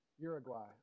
Uruguay